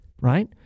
right